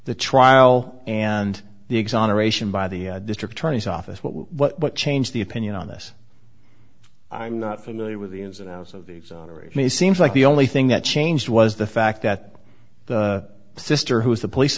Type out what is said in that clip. the trial and the exoneration by the district attorney's office what would what change the opinion on this i'm not familiar with the ins and outs of the exonerate me seems like the only thing that changed was the fact that the sister who is the police